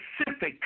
specific